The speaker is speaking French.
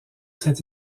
cette